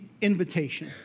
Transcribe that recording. invitation